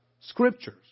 scriptures